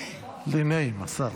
לי נעים, השר.